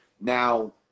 now